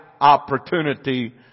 opportunity